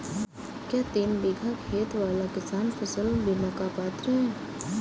क्या तीन बीघा खेत वाला किसान फसल बीमा का पात्र हैं?